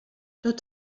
tot